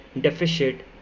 deficit